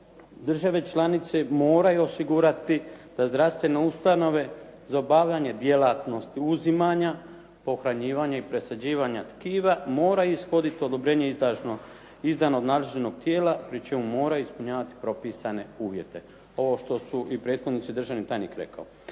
države članice moraju osigurati da zdravstvene ustanove za obavljanje djelatnosti uzimanja, pohranjivanja i presađivanja tkiva moraju ishoditi odobrenje izdano od nadležnog tijela pri čemu moraju ispunjavati propisane uvjete. Ovo što su i prethodnici i državni tajnik rekao.